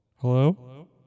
Hello